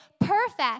perfect